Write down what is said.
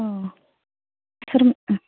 अ सोरमोन